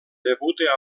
debuta